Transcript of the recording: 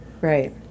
Right